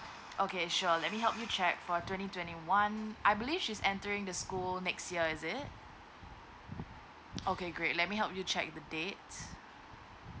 okay sure let me help you check for twenty twenty one I believe she's entering the school next year is it okay great let me help you check with the dates